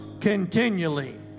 continually